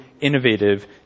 innovative